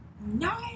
No